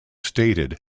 stated